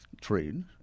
trade